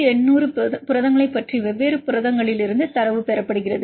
1800 புரதங்களைப் பற்றி வெவ்வேறு புரதங்களிலிருந்து தரவு பெறப்படுகிறது